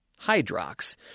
Hydrox